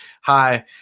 Hi